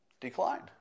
declined